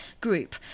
group